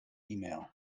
email